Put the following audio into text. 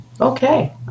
Okay